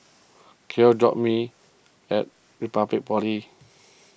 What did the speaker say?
Gale drop me at Republic Polytechnic